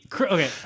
okay